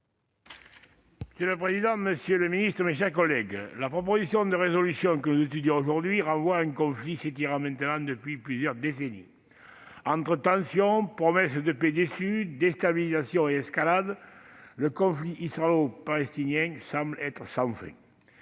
Monsieur le président, monsieur le ministre, mes chers collègues, la proposition de résolution que nous étudions aujourd'hui renvoie à un conflit s'étirant depuis plusieurs décennies. Entre tensions, promesses de paix déçues, déstabilisations et escalades, le conflit israélo-palestinien semble être sans fin.